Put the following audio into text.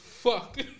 Fuck